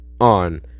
on